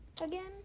again